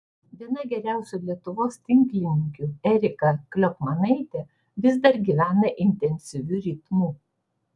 viena geriausių lietuvos tinklininkių erika kliokmanaitė vis dar gyvena intensyviu ritmu